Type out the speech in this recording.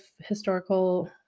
historical